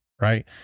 right